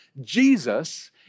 Jesus